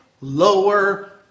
lower